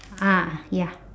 ah ya